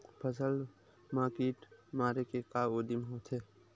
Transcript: फसल मा कीट मारे के का उदिम होथे?